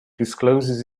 discloses